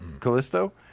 Callisto